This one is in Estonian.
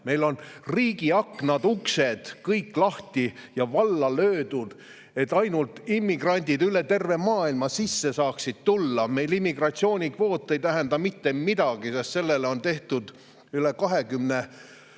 Meil on riigi aknad-uksed kõik lahti ja valla löödud, et immigrandid üle terve maailma saaksid ainult sisse tulla. Meil immigratsioonikvoot ei tähenda mitte midagi, sest sellele on tehtud üle 20